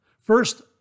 First